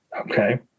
okay